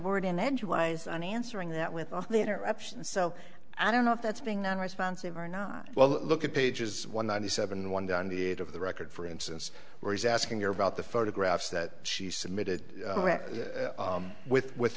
word in edgewise on answering that with the interruption so i don't know if that's being non responsive or not well look at pages one ninety seven one down the eight of the record for instance where he's asking about the photographs that she submitted with with